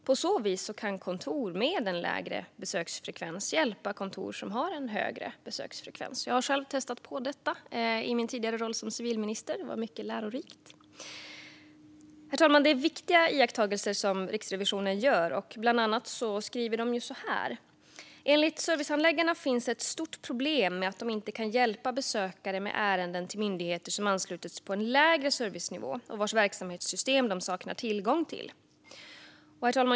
På så vis kan kontor med lägre besöksfrekvens hjälpa kontor som har högre besöksfrekvens. Jag har själv testat detta i min tidigare roll som civilminister, och det var mycket lärorikt. Herr talman! Det är viktiga iakttagelser som Riksrevisionen gör. Bland annat skriver de så här: "Enligt servicehandläggarna finns det ett stort problem med att de inte kan hjälpa besökare med ärenden till myndigheter som anslutits på en lägre servicenivå och vars verksamhetssystem de saknar tillgång till."